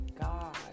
God